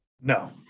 No